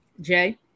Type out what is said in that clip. Jay